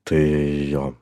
tai jo